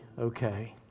okay